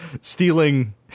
stealing